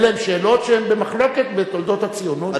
אלו הן שאלות שהן במחלוקת בתולדות הציונות,